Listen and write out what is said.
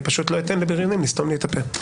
אני פשוט לא אתן לבריונים לסתום לי את הפה.